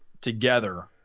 together